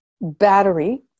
battery